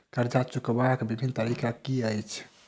कर्जा चुकबाक बिभिन्न तरीका की अछि?